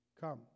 Come